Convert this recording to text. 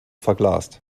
verglast